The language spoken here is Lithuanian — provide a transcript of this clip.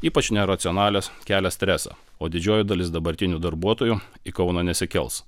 ypač neracionalios kelia stresą o didžioji dalis dabartinių darbuotojų į kauną nesikels